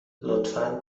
لطفا